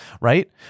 right